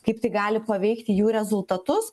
kaip tai gali paveikti jų rezultatus